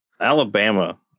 Alabama